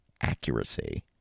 accuracy